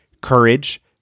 courage